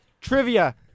trivia